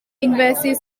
invasive